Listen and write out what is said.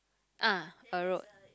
ah a road